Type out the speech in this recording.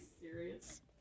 serious